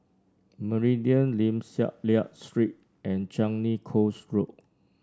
Meridian Lim Liak Street and Changi Coast Road